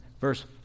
Verse